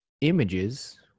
images